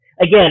Again